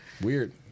weird